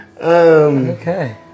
Okay